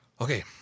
Okay